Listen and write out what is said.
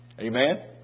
Amen